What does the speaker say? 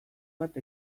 bat